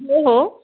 हो हो